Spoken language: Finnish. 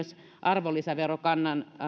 arvonlisäverokannan